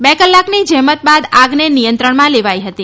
બે કલાકની જ્રેમત બાદ આગને નિયંત્રણમાં લેવાઈ હતી